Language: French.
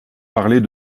parlait